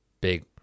big